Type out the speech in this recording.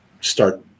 start